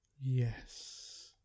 Yes